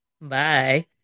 Bye